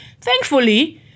Thankfully